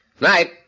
Night